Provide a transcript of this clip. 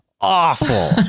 awful